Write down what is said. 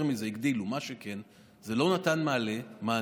יותר מזה, הגדילו.